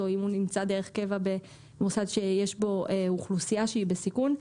או אם הוא נמצא דרך קבע במוסד שיש בו אוכלוסייה שהיא בסיכון.